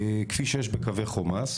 כפי שיש בקווי חומ״ס.